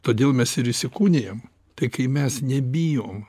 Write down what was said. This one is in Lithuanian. todėl mes ir įsikūnijam tai kai mes nebijom